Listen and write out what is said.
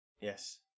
Yes